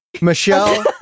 Michelle